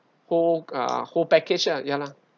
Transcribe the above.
whole uh whole package lah ya lah